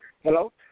Hello